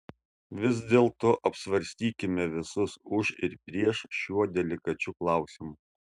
vis dėlto apsvarstykime visus už ir prieš šiuo delikačiu klausimu